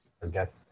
forget